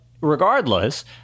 regardless